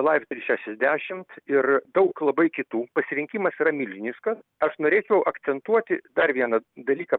laif trys šešiasdešimt ir daug labai kitų pasirinkimas yra milžiniškas aš norėčiau akcentuoti dar vieną dalyką